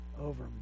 over